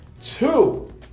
Two